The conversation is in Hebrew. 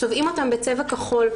צובעים אותם בצבע כחול,